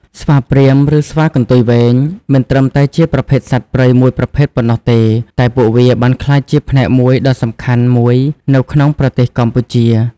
ស្វាព្រាហ្មណ៍ ឬ ស្វាកន្ទុយវែង មិនត្រឹមតែជាប្រភេទសត្វព្រៃមួយប្រភេទប៉ុណ្ណោះទេ តែពួកវាបានក្លាយជាផ្នែកមួយដ៏សំខាន់មួយនៅក្នុងប្រទេសកម្ពុជា។